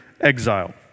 exile